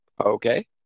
Okay